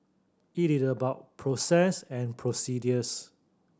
it is about process and